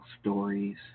stories